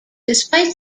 despite